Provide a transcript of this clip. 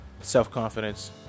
self-confidence